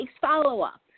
follow-up